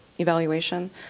evaluation